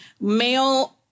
male